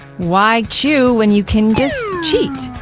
why chew when you can cheat?